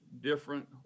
different